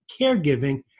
caregiving